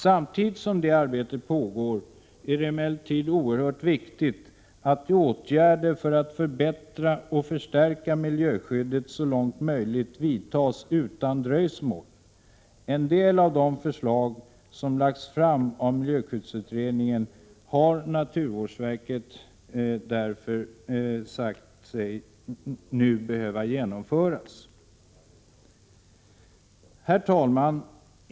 Samtidigt som detta arbete pågår är det emellertid oerhört viktigt att åtgärder för att förbättra och förstärka miljöskyddet så långt möjligt vidtas utan dröjsmål. En del av de förslag som lagts fram av miljöskyddsutredningen har naturvårdsverket därför menat bör genomföras nu. Herr talman!